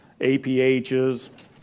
APHs